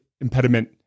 impediment